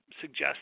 suggest